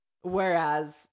Whereas